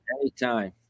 anytime